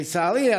לצערי,